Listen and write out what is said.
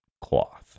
cloth